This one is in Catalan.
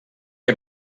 que